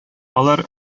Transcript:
алар